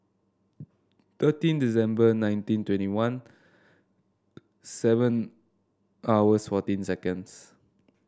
thirteen December nineteen twenty one seven hours fourteen seconds